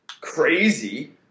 crazy